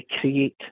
create